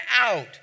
out